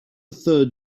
third